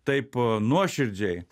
taip nuoširdžiai